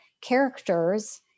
characters